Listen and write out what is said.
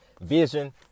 vision